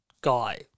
guy